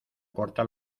corta